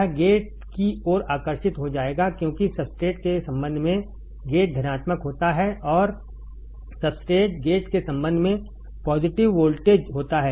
यह गेट की ओर आकर्षित हो जाएगा क्योंकि सब्सट्रेट के संबंध में गेट धनात्मक होता है और सब्सट्रेट गेट के संबंध में पॉजिटिव वोल्टेज होता है